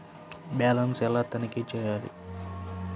Balance ఎలా తనిఖీ చేయాలి?